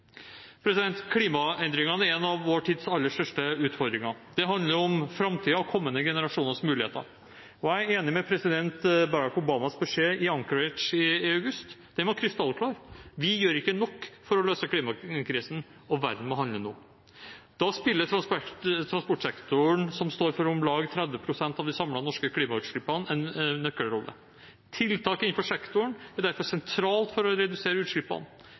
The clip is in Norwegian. president Barack Obamas beskjed i Anchorage i august. Den var krystallklar: Vi gjør ikke nok for å løse klimakrisen, og verden må handle nå. Da spiller transportsektoren, som står for om lag 30 pst. av de samlede norske klimautslippene, en nøkkelrolle. Tiltak innenfor sektoren er derfor sentralt for å redusere utslippene.